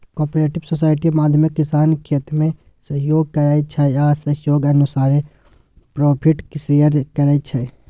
cooperative society माध्यमे किसान खेतीमे सहयोग करै छै आ सहयोग अनुसारे प्रोफिट शेयर करै छै